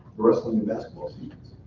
wrestling and basketball seasons.